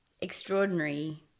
extraordinary